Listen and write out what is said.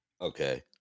Okay